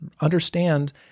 Understand